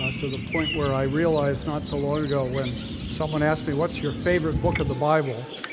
ah to the point where i realized not so long ago when someone asked me, what's your favorite book of the bible?